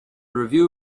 review